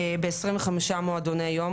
ב-25 מועדוני יום,